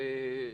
הוועדות.